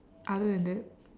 other than that